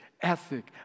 ethic